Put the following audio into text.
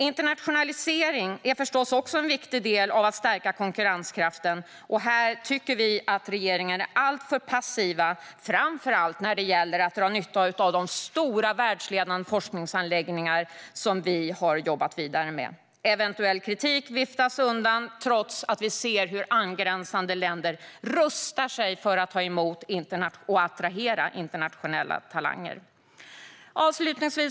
Internationalisering är förstås också en viktig del av att stärka konkurrenskraften. Här är regeringen alltför passiv framför allt när det gäller att dra nytta av de stora världsledande forskningsanläggningar som vi har jobbat vidare med. Eventuell kritik viftas undan, trots att vi ser hur angränsande länder rustar sig för att attrahera och ta emot internationella talanger. Fru talman!